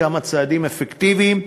כמה צעדים אפקטיביים.